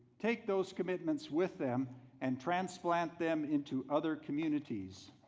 take those commitments with them and transplant them into other communities.